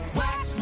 wax